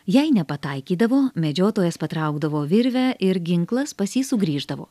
jei nepataikydavo medžiotojas patraukdavo virvę ir ginklas pas jį sugrįždavo